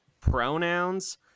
pronouns